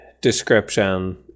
description